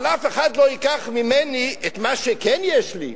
אבל אף אחד לא ייקח ממני את מה שכן יש לי,